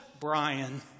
Brian